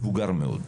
מבוגר מאוד,